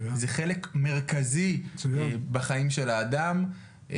זה חלק מרכזי בחיים של האדם.